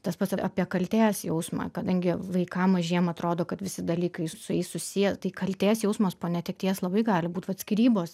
tas pats apie kaltės jausmą kadangi vaikam mažiem atrodo kad visi dalykai su jais susiję tai kaltės jausmas po netekties labai gali būt vat skyrybos